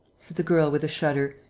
said the girl, with a shudder,